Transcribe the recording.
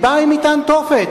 היא באה עם מטען תופת,